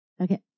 Okay